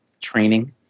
training